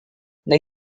they